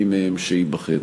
מי מהם שייבחר.